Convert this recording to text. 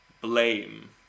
blame